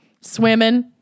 swimming